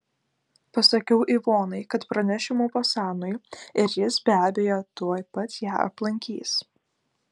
pasakiau ivonai kad pranešiu mopasanui ir jis be abejo tuoj pat ją aplankys